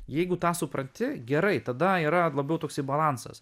jeigu tą supranti gerai tada yra labiau toksai balansas